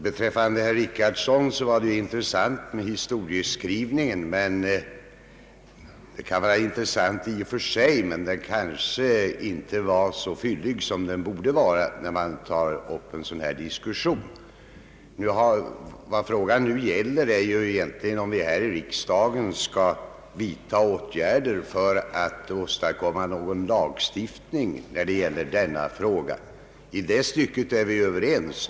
Herr RBRichardsons historieskrivning kan i och för sig vara intressant, men den kanske inte var så fyllig som den borde vara när man tar upp en sådan diskussion. Nu gäller det huruvida vi här i riksdagen skall vidta åtgärder för att åstadkomma någon lagstiftning i denna fråga. Därvidlag är vi överens.